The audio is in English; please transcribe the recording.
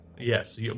Yes